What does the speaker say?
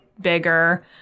bigger